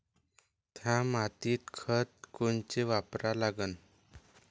थ्या मातीत खतं कोनचे वापरा लागन?